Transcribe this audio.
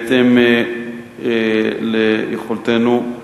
בהתאם ליכולתנו,